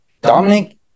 Dominic